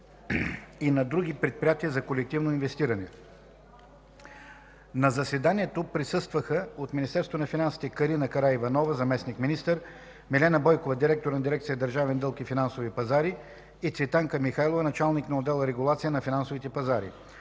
и на други предприятия за колективно инвестиране. На заседанието присъстваха: от Министерството на финансите –Карина Караиванова – заместник-министър, Милена Бойкова – директор на дирекция „Държавен дълг и финансови пазари”, и Цветанка Михайлова – началник на отдел „Регулация на финансовите пазари”;